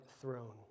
throne